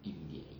immediately